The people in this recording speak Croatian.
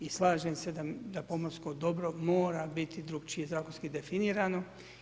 I slažem se da pomorsko dobro mora biti drugačije zakonski definirano.